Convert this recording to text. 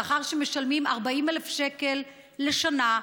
לאחר שמשלמים 40,000 שקל לשנה,